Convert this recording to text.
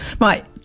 Right